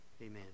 Amen